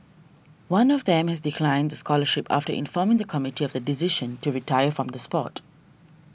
one of them has declined the scholarship after informing the committee of the decision to retire from the sport